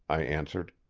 i answered.